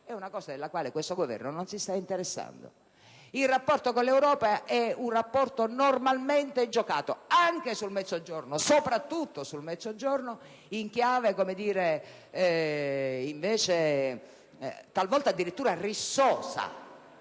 è qualcosa di cui questo Governo non si sta interessando. Il rapporto con l'Europa è invece normalmente giocato anche sul Mezzogiorno, soprattutto sul Mezzogiorno, in chiave talvolta addirittura rissosa.